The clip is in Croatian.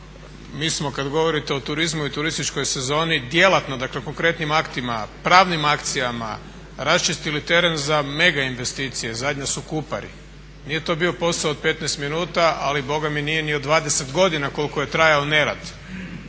Mi smo kad govorite o turizmu i turističkoj sezoni djelatno, dakle konkretnim aktima, pravnim akcijama raščistili teren za mega investicije. Zadnja su Kupari. Nije to bio posao od 15 minuta, ali boga mi nije ni od 20 godina koliko je trajao nerad.